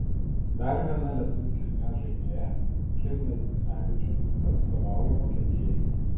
dar viena lietuvių kilmės žaidėja kim naidzinavičius atstovauja vokietijai